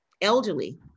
elderly